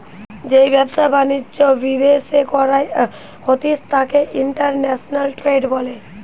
যেই ব্যবসা বাণিজ্য বিদ্যাশে করা হতিস তাকে ইন্টারন্যাশনাল ট্রেড বলে